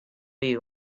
you